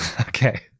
Okay